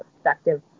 effective